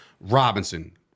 Robinson